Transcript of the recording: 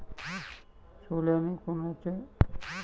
सोल्याले कोनचं खत वापराव?